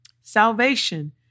Salvation